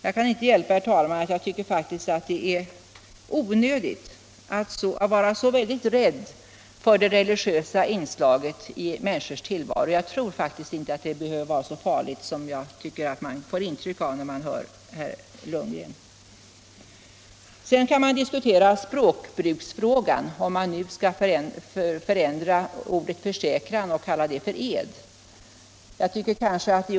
Jag kan inte hjälpa, herr talman, att jag tycker att det är onödigt att vara så väldigt rädd för det religiösa inslaget i människors tillvaro. Jag tror faktiskt inte att det behöver vara så farligt som man får intryck av när man hör herr Lundgren. Det kan också finnas anledning att diskutera språkbruket, om man skall förändra ordet försäkran och kalla det för ed.